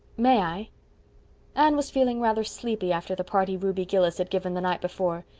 may i anne was feeling rather sleepy after the party ruby gillis had given the night before.